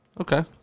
Okay